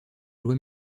loi